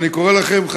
ואני קורא לכם,